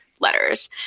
letters